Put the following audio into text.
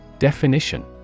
Definition